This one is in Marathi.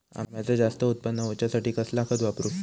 अम्याचा जास्त उत्पन्न होवचासाठी कसला खत वापरू?